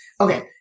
Okay